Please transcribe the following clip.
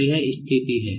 तो यह स्थिति है